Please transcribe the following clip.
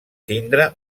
tindre